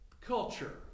culture